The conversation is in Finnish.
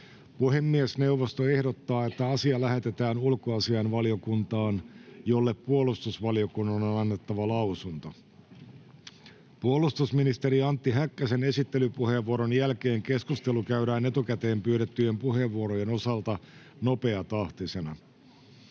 Puhemiesneuvosto ehdottaa, että asia lähetetään ulkoasiainvaliokuntaan, jolle puolustusvaliokunnan on annettava lausunto. Puolustusministeri Antti Häkkäsen esittelypuheenvuoron jälkeen keskustelu käydään etukäteen pyydettyjen puheenvuorojen osalta nopeatahtisena.